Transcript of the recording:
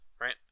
right